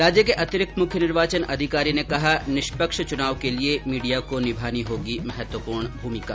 राज्य के अतिरिक्त मुख्य निर्वाचन अधिकारी ने कहा निष्पक्ष च्नाव के लिये मीडिया को निभानी होगी महत्वपूर्ण भूमिका